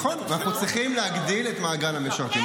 ואנחנו צריכים להגדיל את מעגל המשרתים.